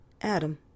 Adam